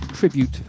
tribute